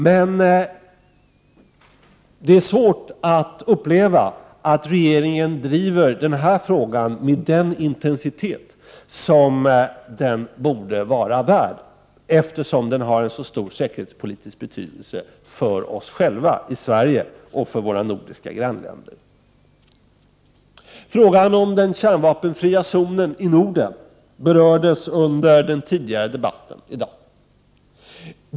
Det är emellertid svårt att uppleva att regeringen driver den här frågan med den intensitet som den borde vara värd, på grund av att den har en så stor säkerhetspolitisk betydelse för oss själva här i Sverige och för våra nordiska grannländer. Frågan om den kärnvapenfria zonen i Norden berördes under den tidigare debatten i dag.